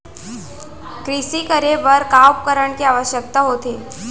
कृषि करे बर का का उपकरण के आवश्यकता होथे?